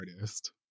artist